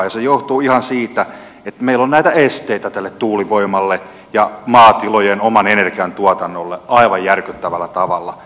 se johtuu ihan siitä että meillä on esteitä tuulivoimalle ja maatilojen omalle energiantuotannolle aivan järkyttävällä tavalla